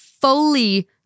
fully